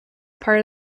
part